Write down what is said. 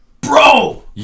bro